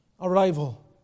arrival